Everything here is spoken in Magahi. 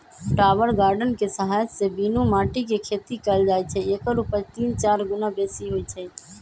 टावर गार्डन कें सहायत से बीनु माटीके खेती कएल जाइ छइ एकर उपज तीन चार गुन्ना बेशी होइ छइ